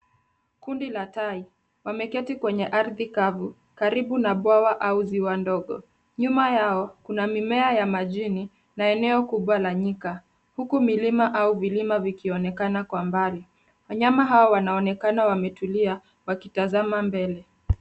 Kundi la tai, wameketi kwenye ardhi kavu karibu na bwawa au ziwa dogo. Nyuma yao mimea ya majini na eneo kubwa la nyika huku milima au vilima vikionekana kwa mbali. Wanyama hawa wanaonekana wametulia wakitazama mbele.